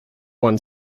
one